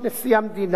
את חוק-יסוד: